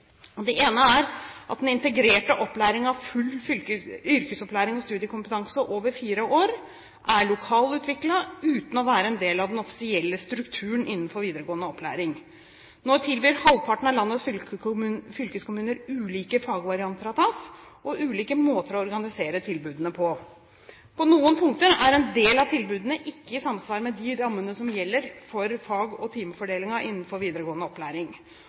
ene er at den integrerte opplæringen av full yrkesopplæring og studiekompetanse over fire år er lokalutviklet, uten å være en del av den offisielle strukturen innenfor videregående opplæring. Nå tilbyr halvparten av landets fylkeskommuner ulike fagvarianter av TAF og ulike måter å organisere tilbudene på. På noen punkter er en del av tilbudene ikke i samsvar med de rammene som gjelder for fag- og timefordelingen innenfor videregående opplæring.